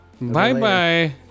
Bye-bye